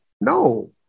no